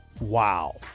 Wow